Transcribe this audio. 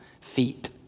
feet